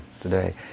today